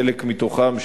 חלק מתוכם,